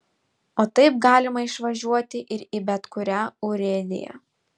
o taip galima išvažiuoti ir į bet kurią urėdiją